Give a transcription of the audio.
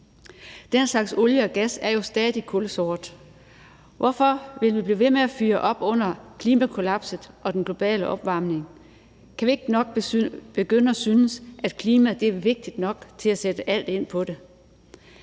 Den slags olie og gas er jo stadig kulsort. Hvorfor vil vi blive ved med at fyre op under klimakollapset og den globale opvarmning? Kan vi ikke begynde at synes, at klimaet er vigtigt nok til at sætte alt ind på det?